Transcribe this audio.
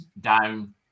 down